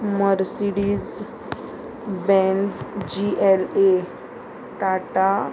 Mercedes Benz G L A Tata